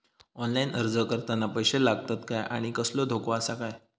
Online अर्ज करताना पैशे लागतत काय आनी कसलो धोको आसा काय?